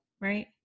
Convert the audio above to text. right